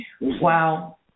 Wow